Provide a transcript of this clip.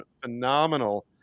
phenomenal